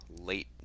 late